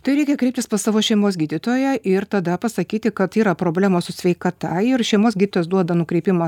tai reikia kreiptis pas savo šeimos gydytoją ir tada pasakyti kad yra problemos su sveikata ir šeimos gydytojas duoda nukreipimą